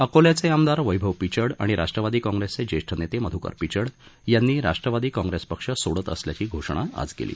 अकोल्याचे आमदार वैभव पिचड आणि राष्ट्रवादी काँग्रेसचे ज्येष्ठ नेते मध्कर पिचड यांनी राष्ट्रवादी काँग्रेस पक्ष सोडत असल्याची घोषणा आज केली